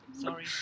sorry